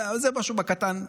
אבל זה משהו בקטן.